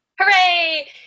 Hooray